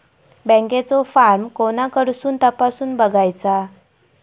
बँकेचो फार्म कोणाकडसून तपासूच बगायचा?